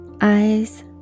eyes